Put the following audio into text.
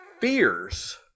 fears